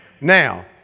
Now